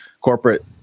corporate